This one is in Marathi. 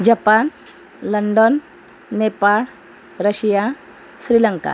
Japan London Nepal Russia Sri Lanka